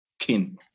kin